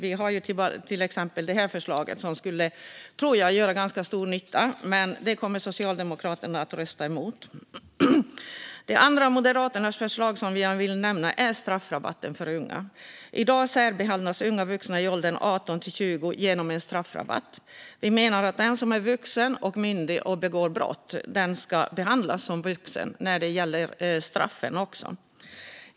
Vi har ju till exempel det här förslaget, som jag tror skulle göra ganska stor nytta. Men Socialdemokraterna kommer att rösta emot det. Det andra av Moderaternas förslag som jag vill nämna gäller straffrabatten för unga. I dag särbehandlas unga vuxna i åldern 18-20 år genom en straffrabatt. Vi menar att den som är vuxen och myndig och begår ett brott ska behandlas som vuxen också när det gäller straffen.